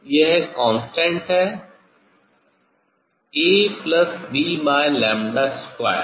यह कांस्टेंट है 'A' plus 'B' by lambda square